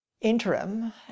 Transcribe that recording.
interim